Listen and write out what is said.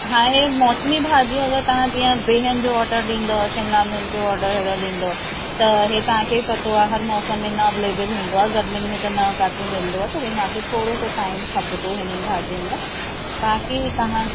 हा हे मौसमी भाॼियूं अगरि तव्हां जीअं बिहनि जो ऑर्डर ॾींदव शिमिला मिर्च जो ओर्डर अहिड़ो ॾींदव त हे तव्हांखे बि पतो आहे हरु मौसम न अवेलेबल हूंदो आहे गर्मियुनि में त न असांखे मिलंदो आहे त हे मूंखे थोरो सो टाइम खपंदो हिननि भाॼियुनि में तव्हांखे तव्हां